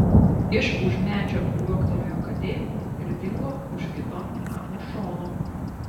iš už medžio liuoktelėjo katė ir dingo už kito namo šono